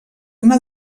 una